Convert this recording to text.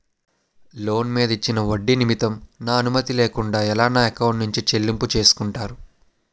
Loan మీద ఇచ్చిన ఒడ్డి నిమిత్తం నా అనుమతి లేకుండా ఎలా నా ఎకౌంట్ నుంచి చెల్లింపు చేసుకుంటారు?